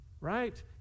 Right